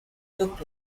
took